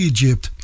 Egypt